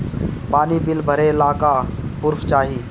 पानी बिल भरे ला का पुर्फ चाई?